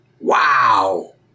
Wow